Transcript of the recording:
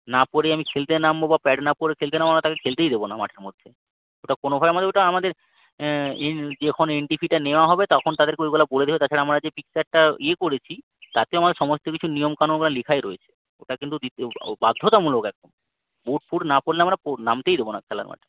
না পরেই আমি খেলতে নামবো বা প্যাড না পরে খেলতে নামবো আমরা তাকে খেলতেই দেবো না মাঠের মধ্যে ওটা কোনোভাবে আমাদের ওটা আমাদের ইন যখন এন্ট্রি ফিটা নেওয়া হবে তখন তাদেরকে ওইগুলা বলে দেব তাছাড়া আমরা যে একটা ইয়ে করেছি তাতে আমাদের সমস্ত কিছু নিয়ম কানুনগুলো লেখাই রয়েছে ওটা কিন্তু দিতে বাধ্যতামূলক একদম বুট ফুট না পরলে আমরা পো নামতেই দেবো না খেলার মাঠে